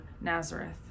Nazareth